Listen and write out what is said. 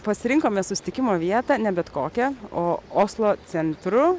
pasirinkome susitikimo vietą ne bet kokią o oslo centru